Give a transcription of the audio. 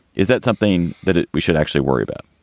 is that something that we should actually worry about?